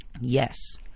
Yes